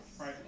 right